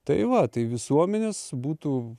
tai va tai visuomenės būtų